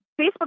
Facebook